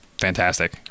fantastic